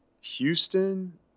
Houston